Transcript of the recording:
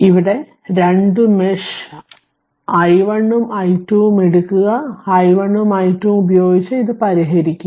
ഇവിടെ 2 മെഷ് i1ഉം i2 ഉം എടുക്കുക i1ഉം i2 ഉം ഉപയോഗിച്ച് ഇത് പരിഹരിക്കുക